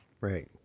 right